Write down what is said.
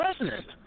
president